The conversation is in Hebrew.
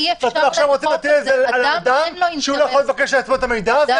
ועכשיו אתם רוצים לא לתת לאדם לבקש מידע על עצמו.